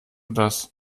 das